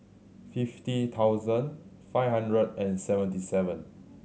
fifty thousand five hundred and seventy seven